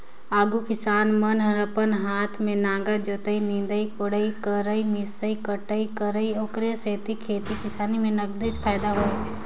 आघु किसान मन हर अपने हाते में नांगर जोतय, निंदई कोड़ई करयए मिसई कुटई करय ओखरे सेती खेती किसानी में नगदेच फायदा होय